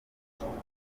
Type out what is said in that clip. tuzahora